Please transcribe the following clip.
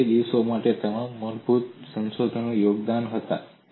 અને તે દિવસોમાં આ તમામ મહત્વપૂર્ણ સંશોધન યોગદાન હતા